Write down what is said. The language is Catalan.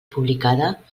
publicada